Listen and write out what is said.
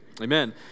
Amen